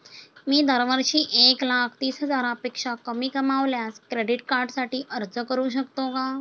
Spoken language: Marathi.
मी दरवर्षी एक लाख तीस हजारापेक्षा कमी कमावल्यास क्रेडिट कार्डसाठी अर्ज करू शकतो का?